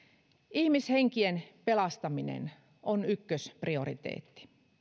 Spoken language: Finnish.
ihmishenkien pelastaminen on ykkösprioriteetti